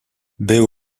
był